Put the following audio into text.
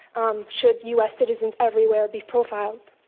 um should u. s. citizens everywhere be profiled?